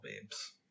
babes